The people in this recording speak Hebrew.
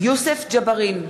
יוסף ג'בארין,